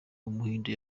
w’umuhinde